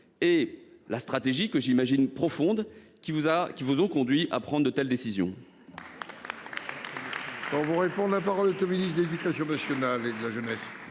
et la stratégie, que j'imagine profonde, vous ayant conduit à prendre une telle décision